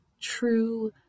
true